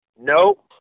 Nope